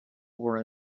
were